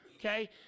Okay